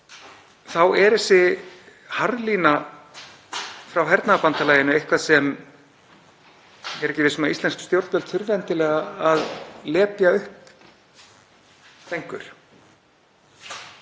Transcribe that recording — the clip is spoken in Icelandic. þá er þessi harðlína frá hernaðarbandalaginu eitthvað sem ég er ekki viss um að íslensk stjórnvöld þurfi endilega að lepja upp lengur.